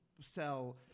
sell